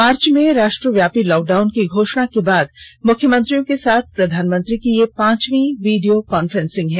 मार्च में राष्ट्रव्यापी लॉकडाउन की घोषणा के बाद मुख्यमंत्रियों के साथ प्रधानमंत्री की यह पांचवी वीडियो कांफ्रेसिंग है